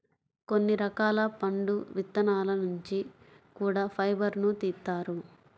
కొన్ని రకాల పండు విత్తనాల నుంచి కూడా ఫైబర్ను తీత్తారు